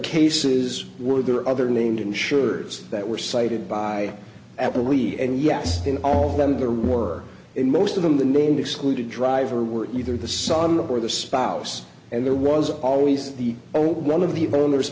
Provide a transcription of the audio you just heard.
cases were there other named insures that were cited by apple we and yes in all of them there were in most of them the name excluded driver were either the sun the or the spouse and there was always the old one of the owners